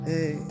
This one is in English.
Hey